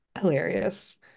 hilarious